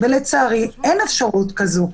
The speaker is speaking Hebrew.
לצערי אין אפשרות כזו.